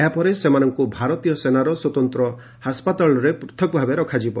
ଏହାପରେ ସେମାନଙ୍କୁ ଭାରତୀୟ ସେନାର ସ୍ୱତନ୍ତ୍ର ହାସ୍ପାତାଳରେ ପୃଥକ ଭାବେ ରଖାଯିବ